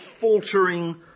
faltering